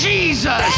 Jesus